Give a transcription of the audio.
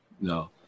no